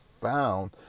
found